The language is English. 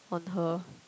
on her